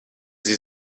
sie